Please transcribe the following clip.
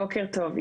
בוקר טוב,